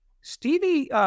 Stevie